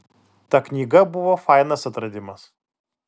ta knyga buvo fainas atradimas